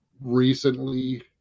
Recently